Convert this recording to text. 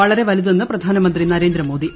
വളരെ വലുതെന്ന് പ്രധാനമന്ത്രി നരേന്ദ്രമോദി